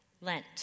Lent